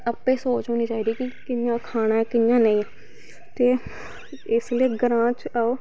आपूं सोच होनी चाही दी कि कियां खाना ऐ कियां नेंई ते इस लेई ग्रांऽ च आओ